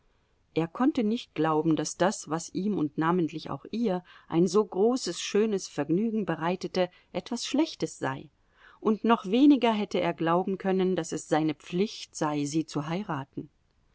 er konnte nicht glauben daß das was ihm und namentlich auch ihr ein so großes schönes vergnügen bereitete etwas schlechtes sei und noch weniger hätte er glauben können daß es seine pflicht sei sie zu heiraten